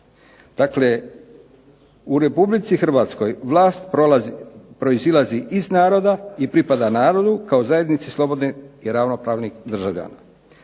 Dakle, u Republici Hrvatskoj vlast proizilazi iz naroda i pripada narodu kao zajednici slobodnih i ravnopravnih državljana.